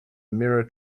mirror